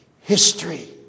History